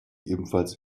ebenfalls